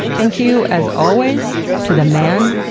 thank you as always to the man,